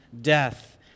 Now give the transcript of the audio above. death